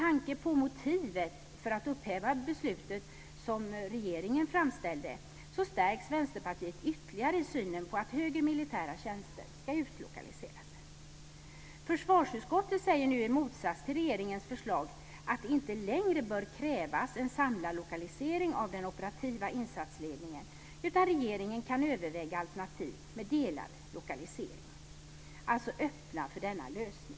Den motivering för upphävande av beslutet som regeringen framfört stärker ytterligare Vänsterpartiets uppfattning att högre militära tjänster ska utlokaliseras. Försvarsutskottet säger nu i motsats till regeringens förslag att det inte längre bör krävas en samlad lokalisering av den operativa insatsledningen, utan regeringen kan överväga alternativ med en delad lokalisering, alltså öppna för denna lösning.